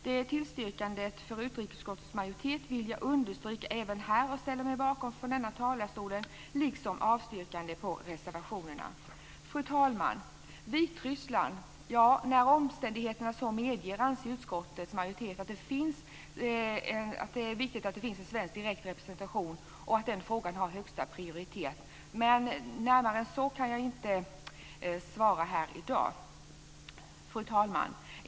Det tillstyrkandet vill jag understryka och ställa mig bakom även från denna talarstol liksom avstyrkandet på reservationerna. Fru talman! Sedan gäller det Vitryssland. När omständigheterna så medger anser utskottets majoritet att det är viktigt att det finns en svensk direkt representation och att den frågan har högsta prioritet, men närmare än så kan jag inte svara här i dag. Fru talman!